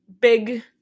big